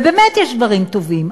ובאמת יש דברים טובים.